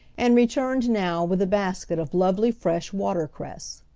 and returned now with a basket of lovely fresh water-cress.